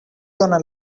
gonna